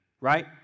Right